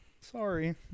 sorry